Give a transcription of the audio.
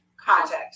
Context